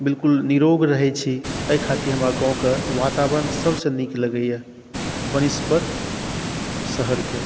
बिल्कुल निरोग रहै छी एहि खातिर हमरा गाँवके वातावरण सभसे नीक लगैया वनस्पति शहरके